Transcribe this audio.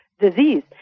disease